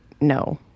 no